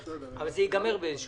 ממה שקורה היום.